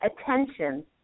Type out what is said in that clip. attention